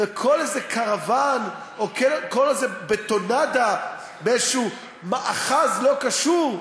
וכל איזה קרוון או כל איזו בטונדה באיזה מאחז לא קשור,